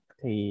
thì